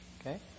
Okay